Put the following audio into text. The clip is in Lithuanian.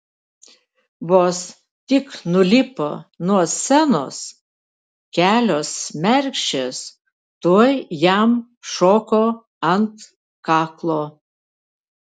vos tik nulipo nuo scenos kelios mergšės tuoj jam šoko ant kaklo